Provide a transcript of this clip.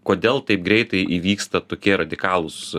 kodėl taip greitai įvyksta tokie radikalūs